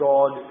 God